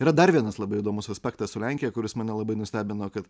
yra dar vienas labai įdomus aspektas su lenkija kuris mane labai nustebino kad